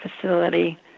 facility